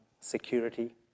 security